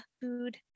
food